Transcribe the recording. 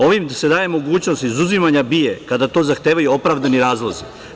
Ovim se daje mogućnost izuzimanja BIA kada za to zahtevaju opravdani razlozi.